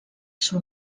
seu